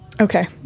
Okay